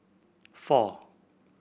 four